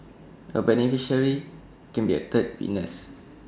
A beneficiary can be A third witness